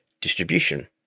distribution